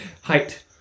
Height